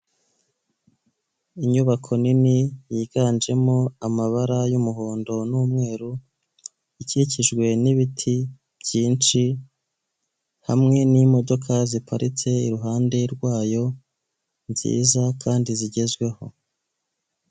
Inyubako nini yiganjemo amabara y'umuhondo n'umweru, ikikijwe n'ibiti byinshi hamwe n'imodoka ziparitse iruhande rwayo nziza kandi zigezweho.